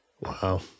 Wow